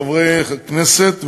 חברי הכנסת,